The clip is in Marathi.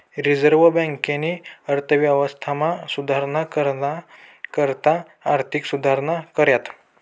रिझर्व्ह बँकेनी अर्थव्यवस्थामा सुधारणा कराना करता आर्थिक सुधारणा कऱ्यात